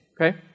okay